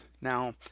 now